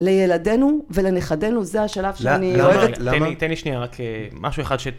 לילדינו ולנכדינו זה השלב שאני אוהבת. למה? תן לי שנייה, רק משהו אחד ש...